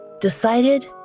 decided